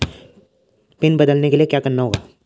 Pin बदलने के लिए क्या करना होगा?